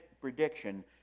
prediction